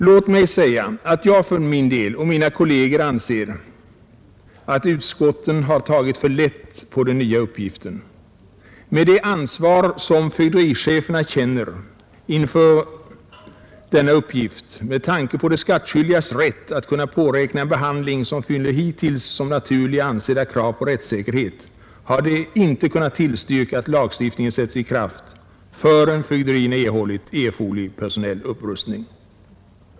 Liksom mina kolleger anser jag att man har tagit för lätt på frågan om kvalificerad personal. Med det ansvar som fögdericheferna känner för att de skattskyldiga skall kunna påräkna en behandling som fyller hittills som naturligt ansedda krav på rättssäkerhet har de inte kunnat tillstyrka att lagstiftningen sätts i kraft förrän fögderierna erhållit erforderlig personalupprustning.